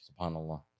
SubhanAllah